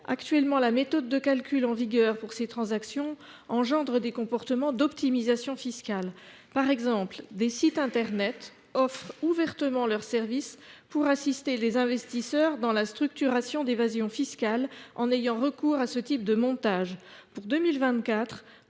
Actuellement, la méthode de calcul en vigueur pour ces transactions engendre des comportements d’optimisation fiscale. Par exemple, des sites internet offrent ouvertement leurs services pour assister les investisseurs dans la structuration d’évasions fiscales en ayant recours à ce type de montage. En 2024,